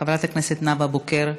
חברת הכנסת נאוה בוקר,